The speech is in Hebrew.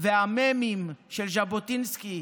והמ"מים של ז'בוטינסקי,